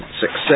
success